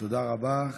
תודה רבה.